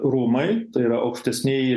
rūmai tai yra aukštesnieji